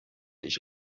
ich